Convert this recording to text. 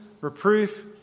reproof